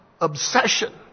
obsession